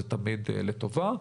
זה תמיד לטובה.